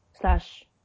slash